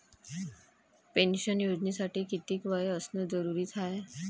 Pension योजनेसाठी कितीक वय असनं जरुरीच हाय?